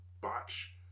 botch